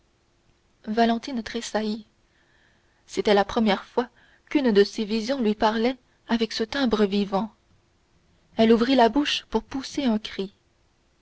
valentine tressaillit c'était la première fois qu'une de ses visions lui parlait avec ce timbre vivant elle ouvrit la bouche pour pousser un cri